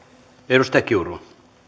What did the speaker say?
arvoisa puhemies